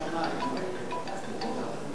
לא,